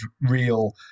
real